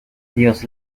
dios